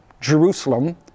Jerusalem